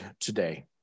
today